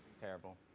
terrible.